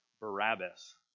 Barabbas